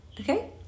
Okay